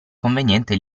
conveniente